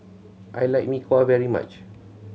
I like Mee Kuah very much